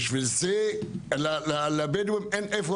בגלל זה לבדואים אין איפה